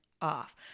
off